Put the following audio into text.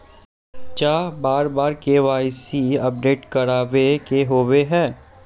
चाँह बार बार के.वाई.सी अपडेट करावे के होबे है?